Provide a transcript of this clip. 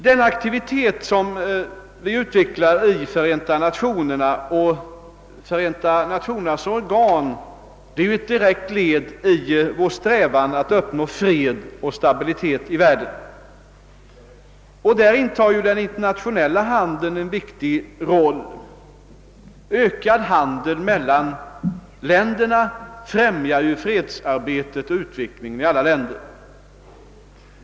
Den aktivitet som vi utvecklar i Förenta Nationerna och Förenta Nationernas organ är ett direkt led i vår strävan att uppnå fred och stabilitet i världen. I detta avseende spelar den internationella handeln en viktig roll; ökad handel mellan länderna främjar fredsarbetet och utvecklingen i alla länder.